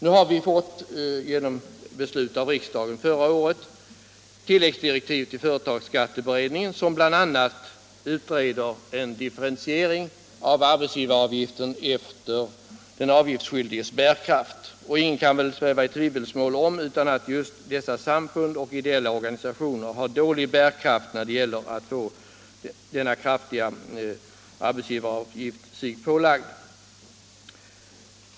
Nu har vi genom beslut av riksdagen förra året fått tillläggsdirektiv till företagsskatteberedningen, som bl.a. skall utreda en differentiering av arbetsgivaravgiften efter den avgiftsskyldiges bärkraft. Ingen kan väl sväva i tvivelsmål om att just dessa samfund och ideella organisationer har dålig bärkraft när det gäller att få denna kraftiga arbetsgivaravgift sig pålagda.